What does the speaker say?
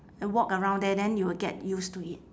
walk around there then you will get used to it